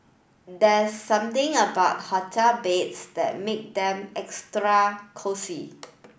there's something about hotel beds that make them extra cosy